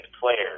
players